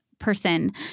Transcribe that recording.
person